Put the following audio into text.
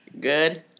Good